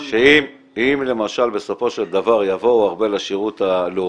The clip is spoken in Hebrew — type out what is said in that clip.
שאם למשל בסופו של דבר יבואו הרבה לשירות הלאומי,